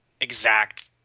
exact